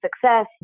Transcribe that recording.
success